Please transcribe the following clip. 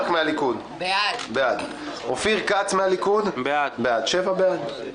מארק- בעד אופיר כץ- בעד בינתיים שבעה בעד.